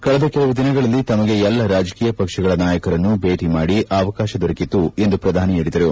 ಕಳೆದ ಕೆಲವು ದಿನಗಳಲ್ಲಿ ತಮಗೆ ಎಲ್ಲ ರಾಜಕೀಯ ಪಕ್ಷಗಳ ನಾಯಕರನ್ನೂ ಭೇಟಿ ಮಾಡುವ ಅವಕಾಶ ದೊರಕಿತು ಎಂದು ಪ್ರಧಾನಿ ಹೇಳಿದರು